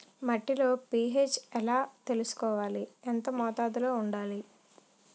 మట్టిలో పీ.హెచ్ ఎలా తెలుసుకోవాలి? ఎంత మోతాదులో వుండాలి?